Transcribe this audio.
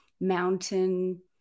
mountain